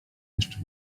jeszcze